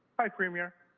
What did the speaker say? hi premier.